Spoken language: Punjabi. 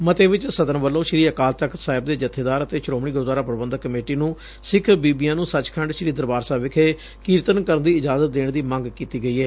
ਮੱਤੇ ਵਿਚ ਸਦਨ ਵੱਲੋਂ ਸ੍ਰੀ ਅਕਾਲ ਤਖ਼ਤ ਸਾਹਿਬ ਦੇ ਜੱਬੇਦਾਰ ਅਤੇ ਸ੍ਹੋਮਣੀ ਗੁਰਦੁਆਰਾ ਪ੍ਬੰਧਕ ਕਮੇਟੀ ਨੂੰ ਸਿੱਖ ਬੀਬੀਆਂ ਨੂੰ ਸਚਿਖੰਡ ਸ੍ਰੀ ਦਰਬਾਰ ਸਾਹਿਬ ਵਿਖੇ ਕੀਰਤਨ ਕਰਨ ਦੀ ਇਜਾਜ਼ਤ ਦੇਣ ਦੀ ਮੰਗ ਕੀਤੀ ਗਈ ਏ